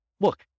look